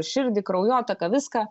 širdį kraujotaką viską